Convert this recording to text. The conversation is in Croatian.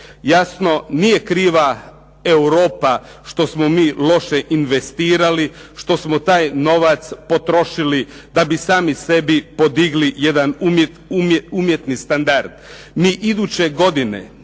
Jasno nije kriva Europa što smo mi loše investirali, što smo taj novac potrošili da bi sami sebi podigli jedan umjetni standard.